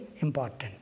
important